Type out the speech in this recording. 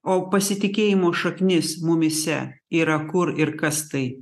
o pasitikėjimo šaknis mumyse yra kur ir kas tai